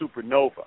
supernova